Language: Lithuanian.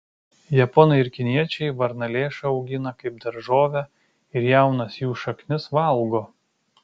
japonai ir kiniečiai varnalėšą augina kaip daržovę ir jaunas jų šaknis valgo